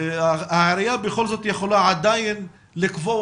העירייה בכל זאת יכולה עדיין לקבוע